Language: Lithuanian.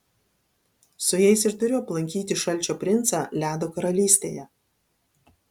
su jais ir turiu aplankyti šalčio princą ledo karalystėje